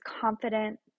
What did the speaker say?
confident